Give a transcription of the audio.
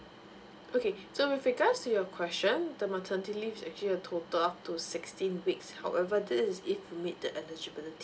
okay so with regard to your question the maternity leave is actually a total up to sixteen weeks however this is if you meet the eligibility